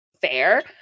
fair